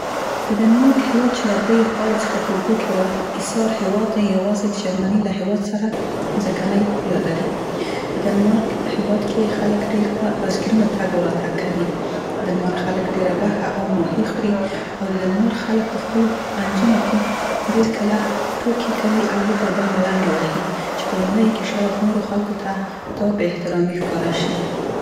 د دنمارک هیواد چې له درییو خواوو څخه په اوبو کې را ایسار هیواد دی، یوازې د جرمني له هیواد سره مځکنۍ پوله لري. په دنمارک هیواد کې خلک ډیر په بایسکلونو تګ او راتګ کوي. د دنمارک خلک ډيره غوښه او ماهي خوري او د دنمارک خلک په خپلو منځونو کې، ډیر کله ټوکې کوي او یو پر بل ملنډې وهي چې په لومړیو کې چې په لومړیو کې شاید نورو خلکو ته دا بې احترامي ښکاره شي.